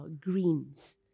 greens